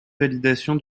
validation